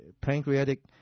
pancreatic